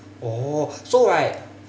oh so right